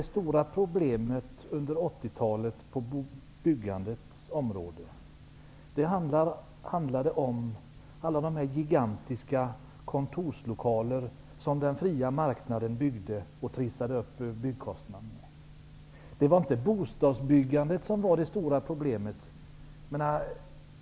Det stora problemet under 80-talet på byggandets område handlade om alla gigantiska kontorslokaler som den fria marknaden byggde och trissade upp byggkostnader med. Det var inte bostadsbyggandet som var det stora problemet.